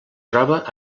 troba